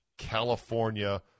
California